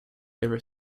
ever